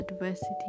adversity